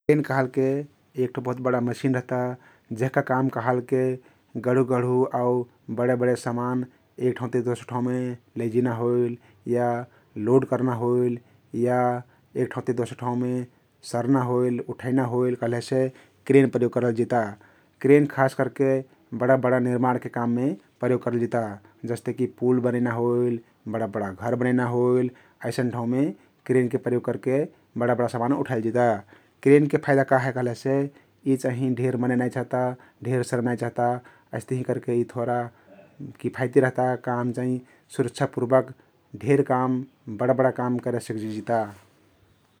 क्रेन कहलके एक ठो बहुत बडा मेसिन रहता । जेहका काम कहलके गढु गढु आउ बडे बडे समान एक ठाउँति दोसर ठाउँमे लैजिना होइल या लोड कर्ना होइल या एक ठाउँति दोसर ठाउँमे सर्ना होइल, उठैना होइल कहलेसे क्रेन प्रयोग करल जिता । क्रेन खास करके बडा बडा निर्माणके काममे प्रयोग करल जिता । जस्तेकि पुल बनैना होइल, बडा बडा घर बनैना होइल अइसन ठाउँमे क्रेनके प्रयोग करके बडा बडा समान उठाइल जिता । क्रेनके फइदा का हइ कहलेसे यी चाहिं ढेर मनै नाई चहता ढेर नाई चहता । अइस्तहिं करके यी थोरा किफयती रहता काम चाहिं सुरक्षा पुर्वक ढेर काम, बड बड काम करेसिक्जिता ।